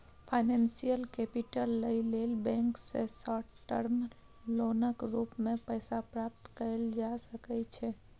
financial capital लइ लेल bank सँ शार्ट टर्म लोनक रूप मे पैसा प्राप्त कएल जा सकइ छै